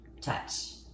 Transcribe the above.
touch